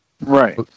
Right